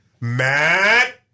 Matt